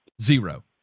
zero